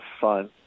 fun